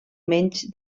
menys